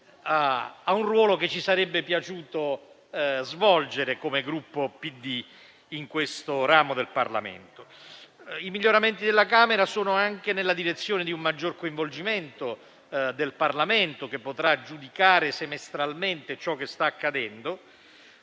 a un ruolo che ci sarebbe piaciuto svolgere come Partito Democratico in questo ramo del Parlamento. I miglioramenti della Camera sono anche nella direzione di un maggior coinvolgimento del Parlamento, che potrà giudicare semestralmente ciò che sta accadendo.